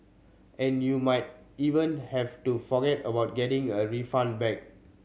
and you might even have to forget about getting a refund back